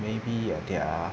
maybe uh they are